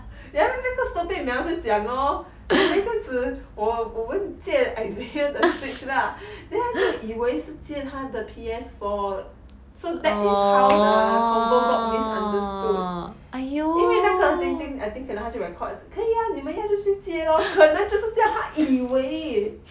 ya 那个 stupid mel 就讲咯一下子我我跟你 isaiah 的 switch lah then 他就以为要借他的 P_S four so that is how the convo got misunderstood 因为那个 jing jing 他可能 record 可以呀你们要就去借 lor 可能就是这样他以为